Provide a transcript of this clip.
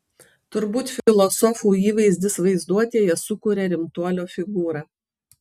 turbūt filosofų įvaizdis vaizduotėje sukuria rimtuolio figūrą